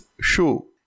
show